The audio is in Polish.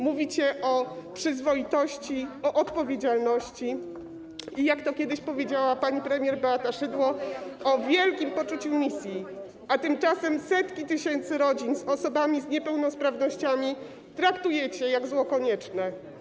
Mówicie o przyzwoitości, o odpowiedzialności i, jak to kiedyś powiedziała pani premier Beata Szydło, o wielkim poczuciu misji, a tymczasem setki tysięcy rodzin z osobami z niepełnosprawnościami traktujecie jak zło konieczne.